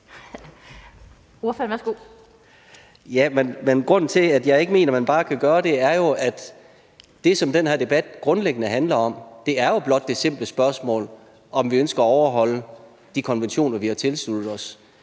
Grunden til, at jeg ikke mener, man bare kan gøre det, er jo, at det, som den her debat grundlæggende handler om, er det simple spørgsmål om, om vi ønsker at overholde de konventioner, vi har tilsluttet os.